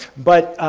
but,